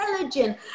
intelligent